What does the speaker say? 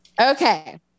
Okay